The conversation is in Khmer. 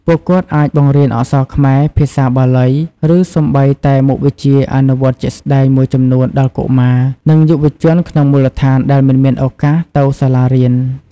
ពួកគាត់អាចបង្រៀនអក្សរខ្មែរ ភាសាបាលី ឬសូម្បីតែមុខវិជ្ជាអនុវត្តជាក់ស្តែងមួយចំនួនដល់កុមារ និងយុវជនក្នុងមូលដ្ឋានដែលមិនមានឱកាសទៅសាលារៀន។